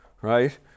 right